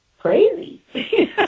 crazy